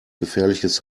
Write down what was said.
gefährliches